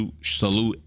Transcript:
salute